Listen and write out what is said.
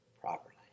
properly